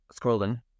scrolling